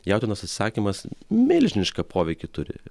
jautienos atsisakymas milžinišką poveikį turi